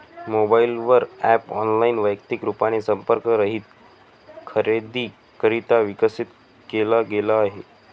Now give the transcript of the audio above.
mobile वर app online, वैयक्तिक रूपाने संपर्क रहित खरेदीकरिता विकसित केला गेला आहे